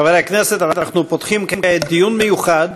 חברי הכנסת, אנחנו פותחים כעת דיון מיוחד